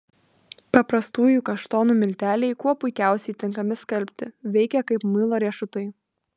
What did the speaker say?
paprastųjų kaštonų milteliai kuo puikiausiai tinkami skalbti veikia kaip muilo riešutai